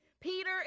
Peter